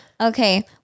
Okay